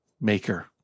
maker